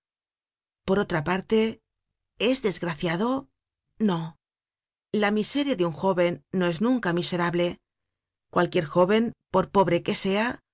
por otra parte es desgraciado no la miseria de un jóven no es nunca miserable cualquier jóven por pobre que sea